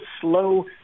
slow